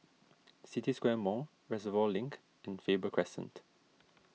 City Square Mall Reservoir Link and Faber Crescent